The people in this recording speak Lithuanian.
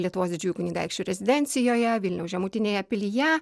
lietuvos didžiųjų kunigaikščių rezidencijoje vilniaus žemutinėje pilyje